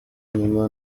nyuma